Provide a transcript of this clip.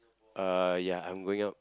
uh ya I'm going out